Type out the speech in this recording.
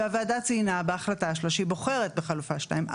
הוועדה ציינה בהחלטה שלה שהיא בוחרת בחלופה שתיים,